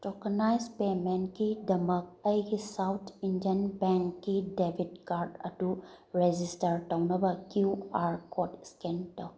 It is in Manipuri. ꯇꯣꯀꯟꯅꯥꯏꯖ ꯄꯦꯃꯦꯟꯒꯤꯗꯃꯛ ꯑꯩꯒꯤ ꯁꯥꯎꯠ ꯏꯟꯗꯤꯌꯟ ꯕꯦꯡꯒꯤ ꯗꯦꯕꯤꯠ ꯀꯥꯔꯗ ꯑꯗꯨ ꯔꯦꯖꯤꯁꯇꯥꯔ ꯇꯧꯅꯕ ꯀꯤꯌꯨ ꯑꯥꯔ ꯀꯣꯗ ꯁ꯭ꯀꯦꯟ ꯇꯧ